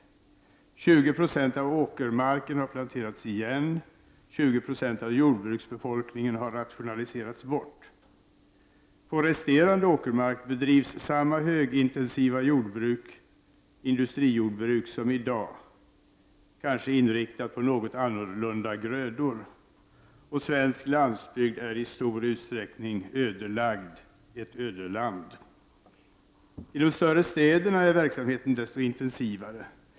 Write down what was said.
20 26 av åkermarken har planterats igen. 20 90 av jordbruksbefolkningen har rationaliserats bort. På resterande åkermark bedrivs samma högintensiva industrijordbruk som i dag, men kanske inriktat på något annorlunda grödor. Svensk landsbygd är i stor utsträckning ödelagd, ett ödeland. I de större städerna är verksamheten desto intensivare.